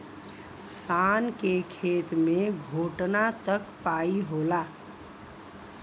शान के खेत मे घोटना तक पाई होला